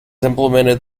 implemented